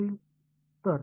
மாணவர்